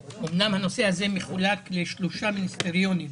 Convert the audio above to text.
אני חייב להגיד שלאורך השנים שהסתכלתי על הפעילות